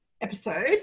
episode